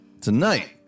tonight